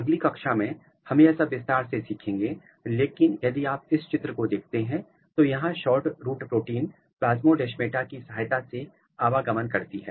अगली क्लास में हम यह सब विस्तार से सीखेंगे लेकिन यदि आप इस चित्र को देखते हैं तो यहां शॉर्ट रूट प्रोटीन प्लास्मोडेमाटा की सहायता से आवागमन करती है